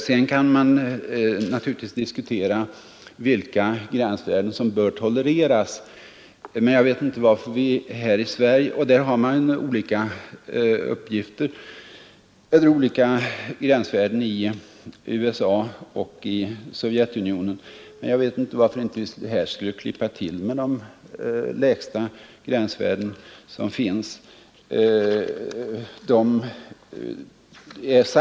Man kan naturligtvis diskutera vilka gränsvärden som bör tolereras här i Sverige; gränsvärdena är ju olika i USA och i Sovjetunionen. Men jag vet inte varför vi inte här skulle klippa till med de lägsta gränsvärden som finns.